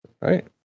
right